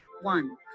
one